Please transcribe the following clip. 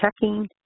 checking